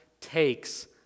takes